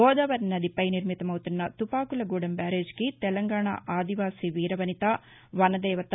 గోదావరి నది మీద నిర్మితమౌతున్న తుపాకులగూడెం బ్యారేజీకి తెలంగాణ ఆదివాసి వీరవనిత వనదేవత